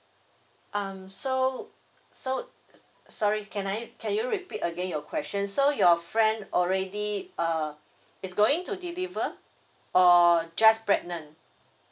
um so so sorry can I can you repeat again your question so your friend already uh it's going to deliver or just pregnant